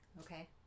Okay